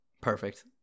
perfect